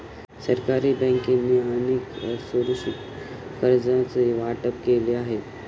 सरकारी बँकांनी अनेक असुरक्षित कर्जांचे वाटप केले आहे